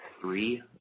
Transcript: three